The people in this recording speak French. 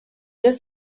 mieux